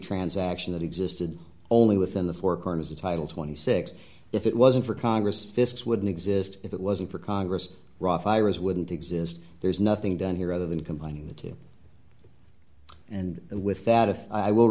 transaction that existed only within the four corners of title twenty six dollars if it wasn't for congress fists wouldn't exist if it wasn't for congress rough iras wouldn't exist there's nothing done here other than combining the two and with that if i will